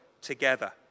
together